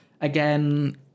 again